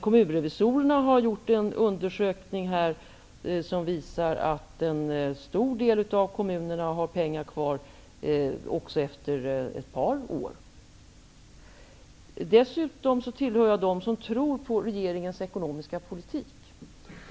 Kommunrevisorerna har gjort en undersökning som visar att en stor del av kommunerna har pengar kvar även efter ett par år. För övrigt är jag en av dem som tror på regeringens ekonomiska politik.